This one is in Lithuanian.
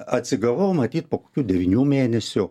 atsigavau matyt po kokių devynių mėnesių